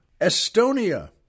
Estonia